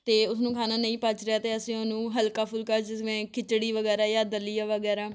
ਅਤੇ ਉਹਨੂੰ ਖਾਣਾ ਨਹੀਂ ਪਚ ਰਿਹਾ ਤਾਂ ਅਸੀਂ ਉਹਨੂੰ ਹਲਕਾ ਫੁਲਕਾ ਜਿਵੇਂ ਖਿਚੜੀ ਵਗੈਰਾ ਜਾਂ ਦਲੀਆ ਵਗੈਰਾ